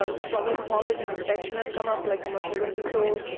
ah struggling small business production have come up like commercial rent control,